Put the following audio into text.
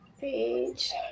Page